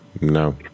No